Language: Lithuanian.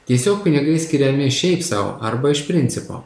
tiesiog pinigai skiriami šiaip sau arba iš principo